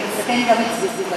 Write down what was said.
אלא מסכן גם את סביבתו.